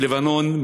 מלבנון,